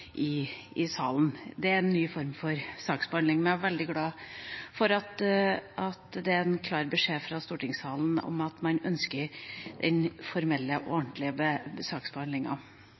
i salen. Det er en ny form for saksbehandling, og jeg er veldig glad for den klare beskjeden fra stortingssalen om at man ønsker den formelle og ordentlige